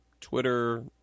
Twitter